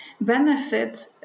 benefit